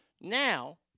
Now